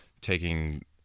taking